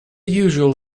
usual